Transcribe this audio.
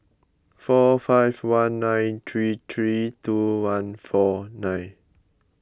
four five one nine three three two one four nine